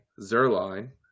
Zerline